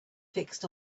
fixed